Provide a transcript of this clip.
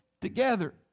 together